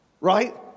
Right